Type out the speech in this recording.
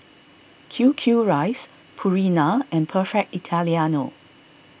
Q Q Rice Purina and Perfect Italiano